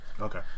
Okay